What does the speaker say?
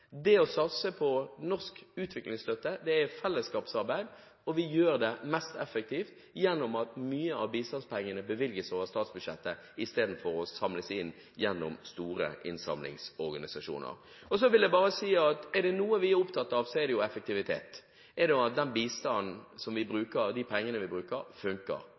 Det å satse på norsk utviklingsstøtte er fellesskapsarbeid, og vi gjør det mest effektivt gjennom at mye av bistandspengene bevilges over statsbudsjettet, istedenfor at de samles inn gjennom store innsamlingsorganisasjoner. Så vil jeg bare si at om det er noe vi er opptatt av, så er det effektivitet – at de bistandspengene vi bruker, funker.